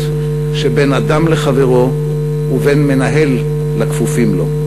שבין אדם לחברו ובין מנהל לכפופים לו.